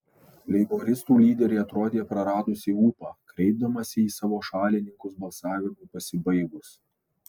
leiboristų lyderė atrodė praradusį ūpą kreipdamasi į savo šalininkus balsavimui pasibaigus